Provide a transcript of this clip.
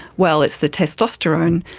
well, it's the testosterone.